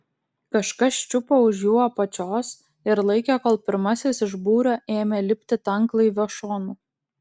kažkas čiupo už jų apačios ir laikė kol pirmasis iš būrio ėmė lipti tanklaivio šonu